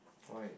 why